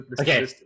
okay